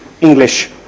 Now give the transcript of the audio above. English